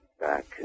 back